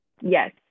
yes